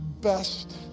best